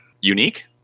unique